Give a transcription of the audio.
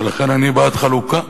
ולכן אני בעד חלוקה,